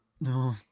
No